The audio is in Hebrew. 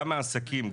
גם מעסקים,